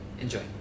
Enjoy